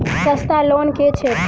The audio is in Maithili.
सस्ता लोन केँ छैक